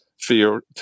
fear